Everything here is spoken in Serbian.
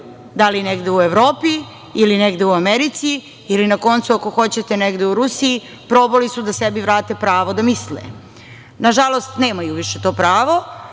da li negde u Evropi ili negde u Americi ili na koncu ako hoćete negde u Rusiji, probali su da sebi vrate pravo da misle. Nažalost nemaju više to pravo,